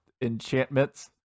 enchantments